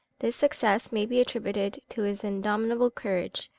this success may be attributed to his indomitable courage,